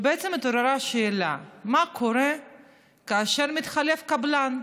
בעצם התעוררה השאלה: מה קורה כאשר מתחלף קבלן?